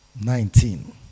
nineteen